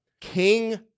King